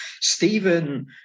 Stephen